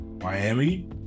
Miami